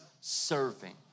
serving